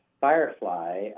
Firefly